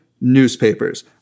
newspapers